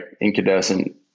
incandescent